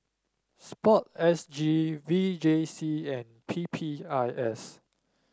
sport S G V J C and P P I S